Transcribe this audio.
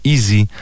Easy